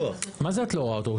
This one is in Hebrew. מה זה את לא רואה אותו?